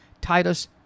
Titus